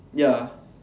ya